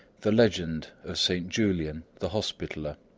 the legend of saint julian the hospitaller,